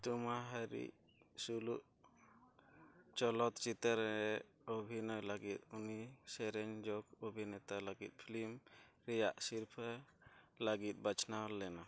ᱛᱩᱢᱦᱟᱨᱤ ᱥᱩᱞᱩ ᱪᱚᱞᱚᱛ ᱪᱤᱛᱟᱹᱨ ᱨᱮ ᱚᱵᱷᱤᱱᱚᱭ ᱞᱟᱜᱤᱫ ᱩᱱᱤ ᱥᱚᱨᱮᱥ ᱡᱚᱜᱽ ᱚᱵᱷᱤᱱᱮᱛᱟ ᱞᱟᱜᱤᱫ ᱯᱷᱤᱞᱢ ᱯᱷᱮᱭᱟᱨ ᱥᱤᱨᱯᱟᱹ ᱞᱟᱜᱤᱫ ᱵᱟᱪᱷᱱᱟᱣ ᱞᱮᱱᱟ